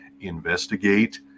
investigate